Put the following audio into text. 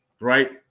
right